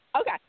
Okay